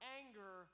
anger